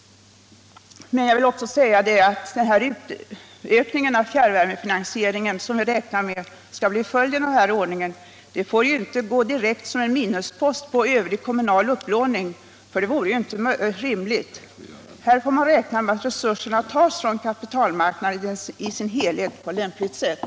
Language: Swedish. Jag vill i sammanhanget också nämna, att den utökning av fjärrvärmefinansieringen som vi räknar med skall bli följden av den här ordningen inte får gå direkt som en minuspost på övrig kommunal upplåning. Det vore ju inte rimligt. Här får man räkna med att resurserna tas från kapitalmarknaden i dess helhet på lämpligt sätt.